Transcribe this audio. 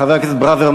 חבר הכנסת ברוורמן,